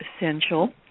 essential